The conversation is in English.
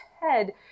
head